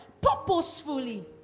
purposefully